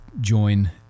join